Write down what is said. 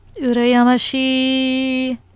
Urayamashi